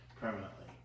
permanently